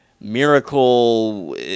miracle